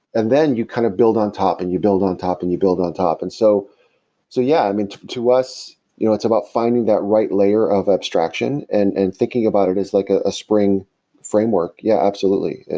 and then you kind of build on top and you build on top and you build on top so so yeah. i mean, to us you know it's about finding that right layer of abstraction and and thinking about it is like ah a spring framework? yeah, absolutely.